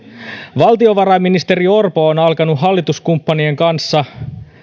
valtiovarainministeri orpo on alkanut hallituskumppanien kanssa